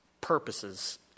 purposes